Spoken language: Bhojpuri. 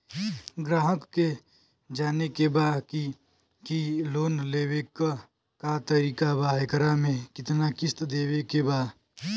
ग्राहक के जाने के बा की की लोन लेवे क का तरीका बा एकरा में कितना किस्त देवे के बा?